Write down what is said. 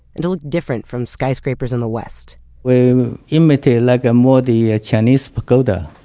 and to look different from skyscrapers in the west we imitate like um more the ah chinese pagoda,